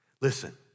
Listen